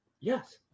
yes